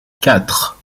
quatre